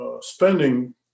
spending